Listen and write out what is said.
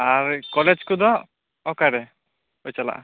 ᱟᱨ college ᱠᱚᱫᱚ ᱚᱠᱟ ᱨᱮᱯᱮ ᱪᱟᱞᱟᱜ ᱟ